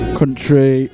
country